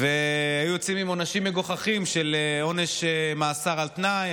היו יוצאים עם עונשים מגוחכים של מאסר על תנאי,